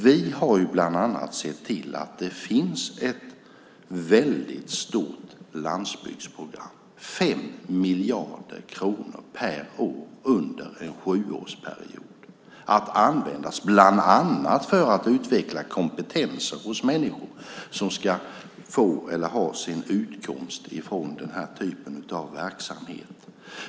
Vi har bland annat sett till att det finns ett väldigt stort landsbygdsprogram, nämligen 5 miljarder kronor per år under en sjuårsperiod att användas bland annat för att utveckla kompetensen hos människor som ska få eller har sin utkomst från den här typen av verksamhet.